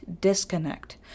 disconnect